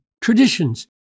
traditions